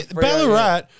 Ballarat